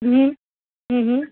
હમ અહં